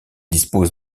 dispose